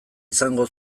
izango